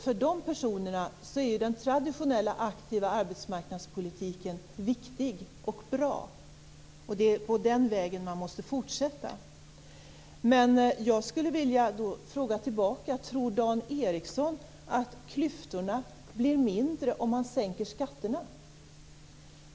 För de personerna är den traditionella aktiva arbetsmarknadspolitiken viktig och bra. Det är på den vägen man måste fortsätta. Jag skulle vilja fråga tillbaka: Tror Dan Ericsson att klyftorna blir mindre om man sänker skatterna?